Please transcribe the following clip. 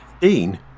Dean